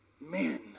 men